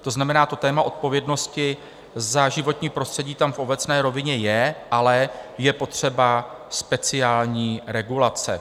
To znamená, téma odpovědnosti za životní prostředí tam v obecné rovině je, ale je potřeba speciální regulace.